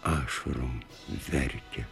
ašarom verkia